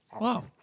Wow